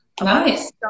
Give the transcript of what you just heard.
nice